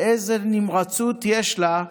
איזו נמרצות יש לה,